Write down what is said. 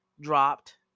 dropped